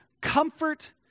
comfort